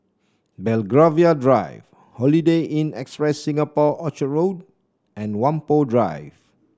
Belgravia Drive Holiday Inn Express Singapore Orchard Road and Whampoa Drive